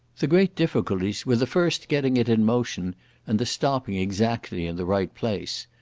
the great difficulties were the first getting it in motion and the stopping exactly in the right place.